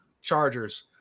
Chargers